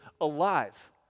alive